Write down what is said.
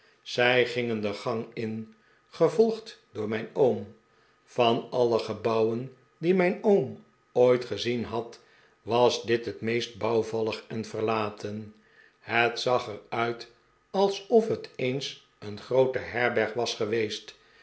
zij gingen de gang in gevolgd door mijn oom van alle gebouwen die mijn oom ooit gezien had was dit het meest bouwvallig en verlaten het zag er uit alsof het eens een groote herberg was geweest